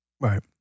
Right